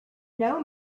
know